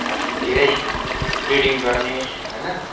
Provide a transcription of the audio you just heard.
अलिक धेरै ब्रिडिङ गर्ने होइन